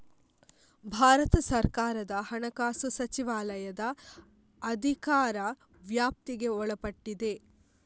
ಭಾರತ ಸರ್ಕಾರದ ಹಣಕಾಸು ಸಚಿವಾಲಯದ ಅಧಿಕಾರ ವ್ಯಾಪ್ತಿಗೆ ಒಳಪಟ್ಟಿದೆ